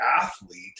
athlete